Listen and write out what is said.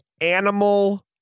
animal